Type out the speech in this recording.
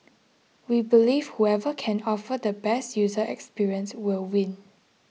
we believe whoever can offer the best user experience will win